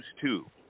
two